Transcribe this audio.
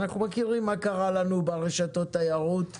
אנחנו יודעים מה קרה לנו ברשתות התיירות בסיוע,